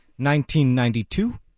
1992